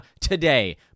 today